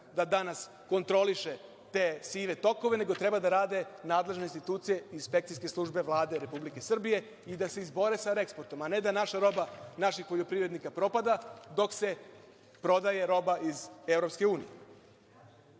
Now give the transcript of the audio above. da danas kontroliše te sive tokove, nego treba da rade nadležne institucije, inspekcijske službe Vlade Republike Srbije i da se izbore sa reeksportom, a ne da naša roba naših poljoprivrednika propada dok se prodaje roba iz